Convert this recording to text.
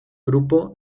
grupo